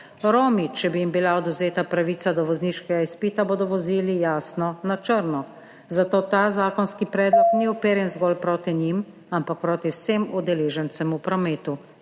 šolo. Če bi jim bila odvzeta pravica do vozniškega izpita, bodo Romi vozili, jasno, na črno, zato ta zakonski predlog ni uperjen zgolj proti njim, ampak proti vsem udeležencem v prometu